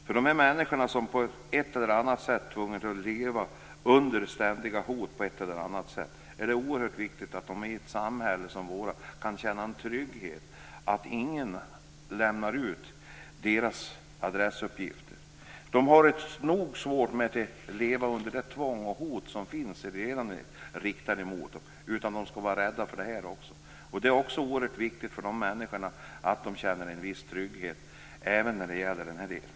För de här människorna som på ett eller annat sätt tvingas leva under ständiga hot är det oerhört viktigt att i ett samhälle som vårt kunna känna en trygghet att ingen lämnar ut deras adressuppgifter. De har det nog svårt att leva under det tvång och de hot som redan finns riktade mot dem. De skall inte behöva vara rädda för det här också. Det är oerhört viktigt för dessa människor att de känner en viss trygghet även när det gäller den här delen.